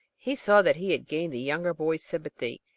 he saw that he had gained the younger boy's sympathy,